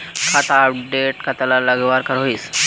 खाता अपटूडेट कतला लगवार करोहीस?